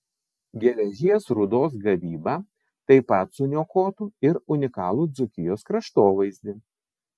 geležies rūdos gavyba taip pat suniokotų ir unikalų dzūkijos kraštovaizdį